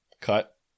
cut